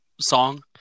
song